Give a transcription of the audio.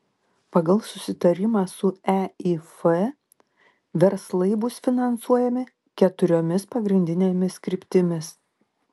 pagal susitarimą su eif verslai bus finansuojami keturiomis pagrindinėmis kryptimis